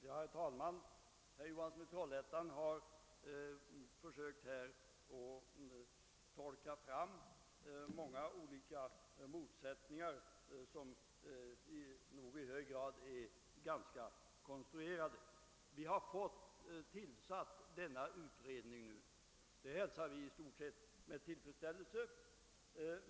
"Herr talman! Herr Johansson i Trollhättan har försökt att här tolka fram många motsättningar som emellertid är ganska konstruerade. Vi har fått denna utredning tillsatt nu. Det hälsar vi i stort sett med tillfredsställelse.